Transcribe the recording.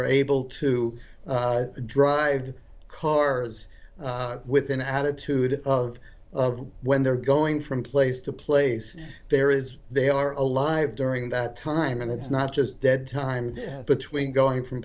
are able to drive cars with an attitude of when they're going from place to place there is they are alive during that time and it's not just dead time between going from